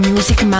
Music